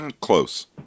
Close